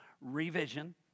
revision